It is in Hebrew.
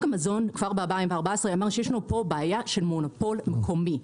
המזון אמר כבר ב-2014 שיש בעיה של מונופול מקומי.